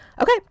Okay